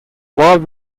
while